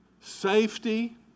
safety